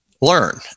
learn